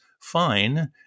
fine